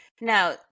now